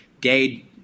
day